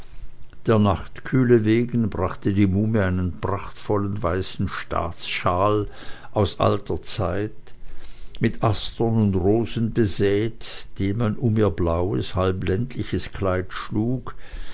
der nachtkühle wegen brachte die muhme einen prachtvollen weißen staatsshawl aus alter zeit mit astern und rosen besäet den man um ihr blaues halb ländliches kleid schlug